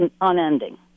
unending